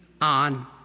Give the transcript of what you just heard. on